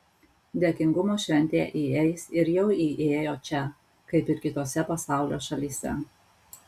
dėkingumo šventė įeis ir jau įėjo čia kaip ir kitose pasaulio šalyse